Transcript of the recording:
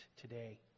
today